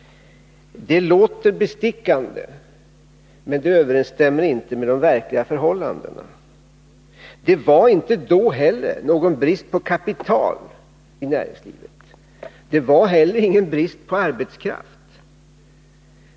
Det låter bestickande, men det överensstämmer inte med de verkliga förhållandena. Det var inte då någon brist på kapital i näringslivet, och det var heller ingen brist på arbetskraft.